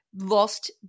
lost